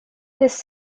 his